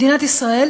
מדינת ישראל,